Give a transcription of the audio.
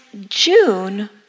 June